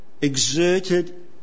exerted